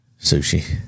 sushi